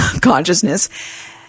consciousness